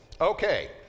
Okay